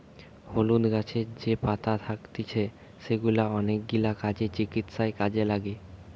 হলুদ গাছের যে পাতা থাকতিছে সেগুলা অনেকগিলা কাজে, চিকিৎসায় কাজে লাগে